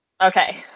okay